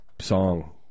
song